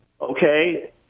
Okay